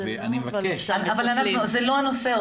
זה לא הנושא.